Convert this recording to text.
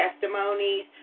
testimonies